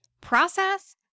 Process